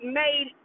made